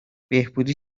بهبودی